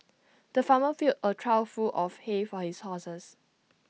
the farmer filled A trough full of hay for his horses